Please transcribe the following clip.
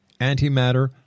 antimatter